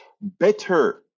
better